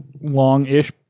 long-ish